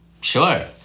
sure